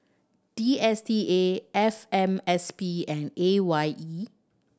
D S T A F M S P and A Y E